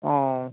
ও